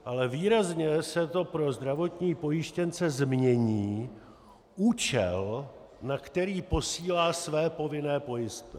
Ale výrazně se pro zdravotní pojištěnce změní účel, na který posílá své povinné pojistky.